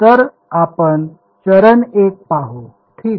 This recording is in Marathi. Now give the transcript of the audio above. तर आपण चरण 1 पाहू ठीक